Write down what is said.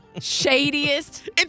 shadiest